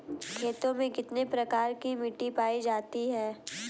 खेतों में कितने प्रकार की मिटी पायी जाती हैं?